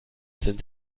sind